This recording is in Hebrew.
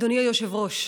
אדוני היושב-ראש,